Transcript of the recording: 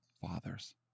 fathers